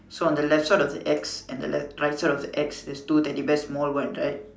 so on the left side of the X and the right side of the X is two teddy bears small one right